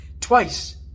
twice